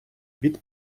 від